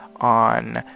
on